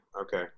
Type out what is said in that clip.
Okay